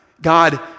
God